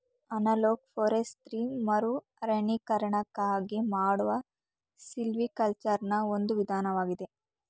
analog forestry ಮರುಅರಣ್ಯೀಕರಣಕ್ಕಾಗಿ ಮಾಡುವ ಸಿಲ್ವಿಕಲ್ಚರೆನಾ ಒಂದು ವಿಧಾನವಾಗಿದೆ